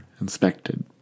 inspected